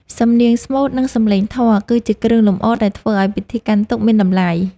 សំនៀងស្មូត និងសំឡេងធម៌គឺជាគ្រឿងលម្អដែលធ្វើឱ្យពិធីកាន់ទុក្ខមានតម្លៃ។